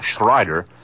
Schreider